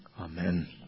Amen